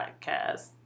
podcast